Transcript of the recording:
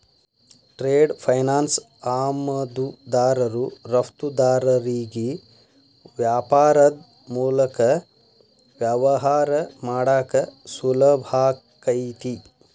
trade finance ಆಮದುದಾರರು ರಫ್ತುದಾರರಿಗಿ ವ್ಯಾಪಾರದ್ ಮೂಲಕ ವ್ಯವಹಾರ ಮಾಡಾಕ ಸುಲಭಾಕೈತಿ